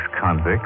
convict